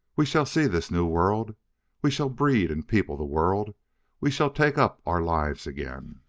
we shall see this new world we shall breed and people the world we shall take up our lives again.